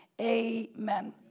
Amen